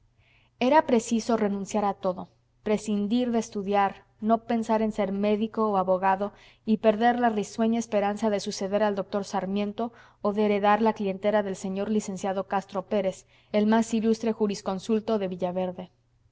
era preciso renunciar a todo prescindir de estudiar no pensar en ser médico o abogado y perder la risueña esperanza de suceder al doctor sarmiento o de heredar la clientela del sr lic castro pérez el más ilustre jurisconsulto de